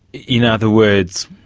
you know other words,